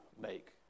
make